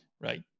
Right